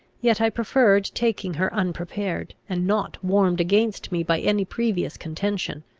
yet i preferred taking her unprepared, and not warmed against me by any previous contention.